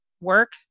work